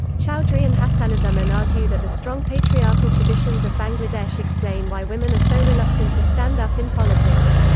choudhury and hasanuzzaman argue that the strong patriarchal traditions of bangladesh explain why women are so reluctant to stand up in politics.